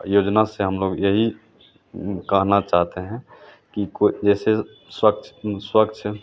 योजना से हम लोग यही कहना चाहते हैं कि को जैसे स्वच्छ स्वच्छ